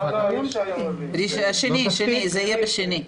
זה יהיה בשני.